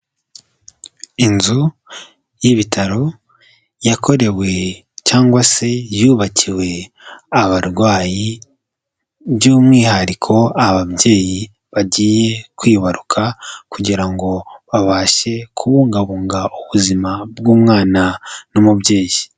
Inzu y'ibitaro yakorewe cyangwa se yubakiwe abarwayi, by'umwihariko ababyeyi bagiye kwibaruka kugira ngo babashe kubungabunga ubuzima bw'umwana n'umubyeyi.